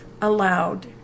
allowed